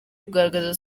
kugaragaza